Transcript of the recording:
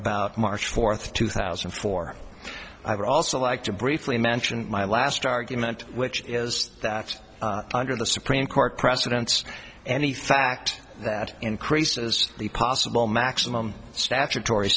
about march fourth two thousand and four i would also like to briefly mention my last argument which is that under the supreme court precedents anything act that increases the possible maximum statutory